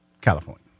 California